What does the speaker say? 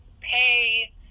pay